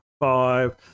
five